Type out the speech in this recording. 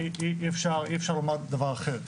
אי אפשר לומר דבר אחר.